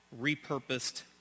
repurposed